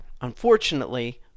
unfortunately